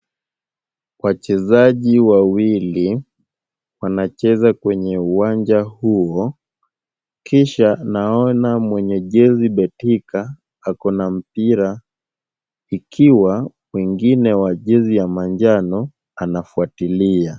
Wachezaji wawili wanacheza kwenye uwanja huo, kisha naona mwenye jezi Betika ako na mpira, ikiwa mwingine wa jezi ya manjano anafuatilia.